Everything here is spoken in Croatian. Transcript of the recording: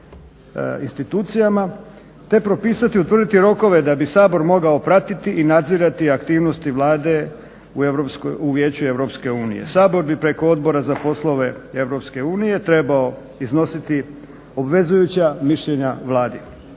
institucijama, te propisati i utvrditi rokove da bi Sabor mogao pratiti i nadzirati aktivnosti Vlade u Vijeću EU. Sabor bi preko Odbora za poslove EU trebao iznositi obvezujuća mišljenja Vladi.